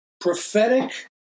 prophetic